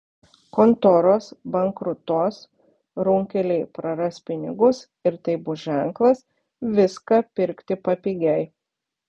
kontoros bankrutos runkeliai praras pinigus ir tai bus ženklas viską pirkti papigiai